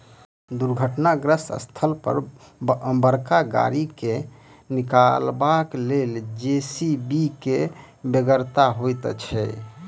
दुर्घटनाग्रस्त स्थल पर बड़का गाड़ी के निकालबाक लेल जे.सी.बी के बेगरता होइत छै